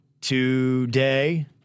today